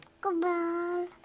Goodbye